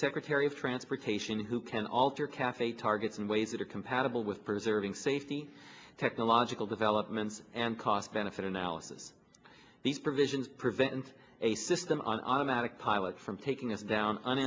secretary of transportation who can alter cafe targets in ways that are compatible with preserving safety technological developments and cost benefit analysis these provisions prevent a system of automatic pilot from taking it down